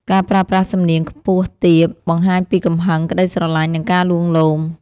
ការប្រើប្រាស់សំនៀងខ្ពស់ទាប បង្ហាញពីកំហឹង ក្ដីស្រឡាញ់ និងការលួងលោម។